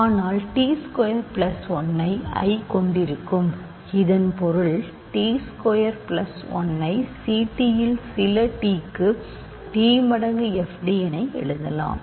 ஆனால் t square plus 1 ஐ I கொண்டிருக்கும் இதன் பொருள் t ஸ்கொயர் பிளஸ் 1 ஐ ct ல் சில t க்கு t மடங்கு fd என எழுதலாம்